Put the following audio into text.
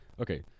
Okay